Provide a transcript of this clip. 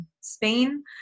Spain